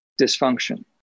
dysfunction